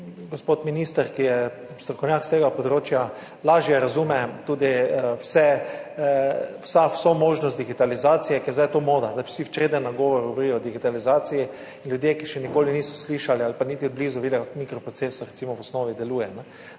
Gospod minister, ki je strokovnjak s tega področja, lažje razume tudi vso možnost digitalizacije, ker zdaj je to moda, zdaj vsi v črednem nagonu govorijo o digitalizaciji. Ljudje, ki še nikoli niso slišali ali pa niti od blizu videli, kako recimo v osnovi deluje